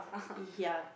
ya